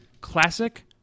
classic